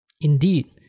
Indeed